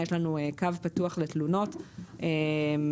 יש לנו קו פתוח לתלונות פרטניות.